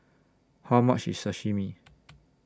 How much IS Sashimi